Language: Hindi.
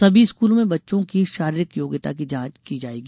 सभी स्कूलों में बच्चों की शारीरिक योग्यता की जांच की जायेगी